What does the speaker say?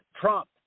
Trump